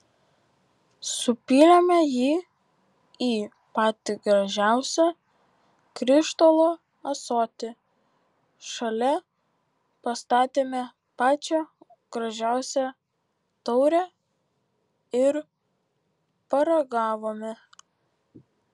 supylėme jį į patį gražiausią krištolo ąsotį šalia pastatėme pačią gražiausią taurę ir paragavome